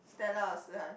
Stella or Si-Han